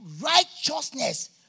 righteousness